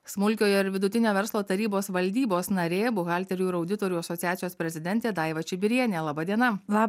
smulkiojo ir vidutinio verslo tarybos valdybos narė buhalterių ir auditorių asociacijos prezidentė daiva čibirienė laba diena